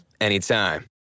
anytime